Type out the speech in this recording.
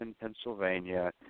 Pennsylvania